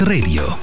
Radio